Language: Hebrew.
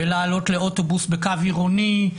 בעלייה לאוטובוס בקו עירוני,